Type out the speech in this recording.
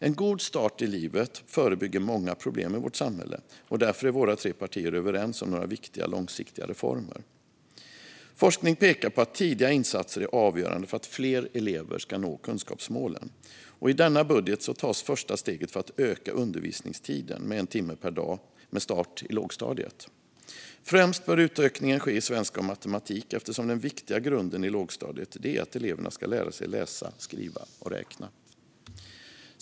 En god start i livet förebygger många problem i vårt samhälle, och därför är våra tre partier överens om några viktiga långsiktiga reformer. Forskning pekar på att tidiga insatser är avgörande för att fler elever ska nå kunskapsmålen. I denna budget tas första steget för att öka undervisningstiden med en timme per dag med start i lågstadiet. Främst bör utökningen ske i svenska och matematik, eftersom den viktiga grunden i lågstadiet är att eleverna ska lära sig läsa, skriva och räkna.